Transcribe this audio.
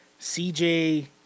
cj